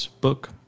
book